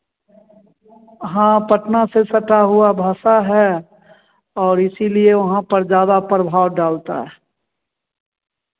हाँ पटना से सटा हुआ भासा है और इसीलिए वहाँ पर ज़्यादा प्रभाव डालता है